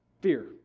Fear